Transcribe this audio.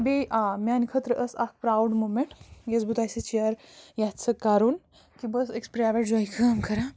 بیٚیہِ آ میٛانہِ خٲطرٕ ٲس اَکھ پرٛاوُڈ موٗمٮ۪نٛٹ یۄس بہٕ تۄہہِ سۭتۍ شِیَر یژھٕ کَرُن کہِ بہٕ ٲسٕس أکِس پرٛایویٹ جایہِ کٲم کَران